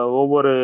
over